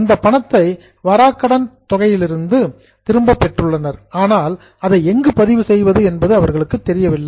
அந்த பணத்தை வாராக்கடன் தொகையிலிருந்து திரும்பப் பெற்றுள்ளனர் ஆனால் அதை எங்கு பதிவு செய்வது என்று அவர்களுக்கு தெரியவில்லை